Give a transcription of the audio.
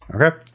okay